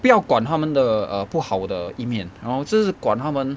不要管他们的 err 不好的一面然后真的是管他们